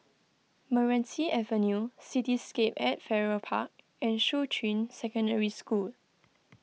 Meranti Avenue Cityscape at Farrer Park and Shuqun Secondary School